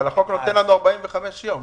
החוק נותן לנו 45 יום.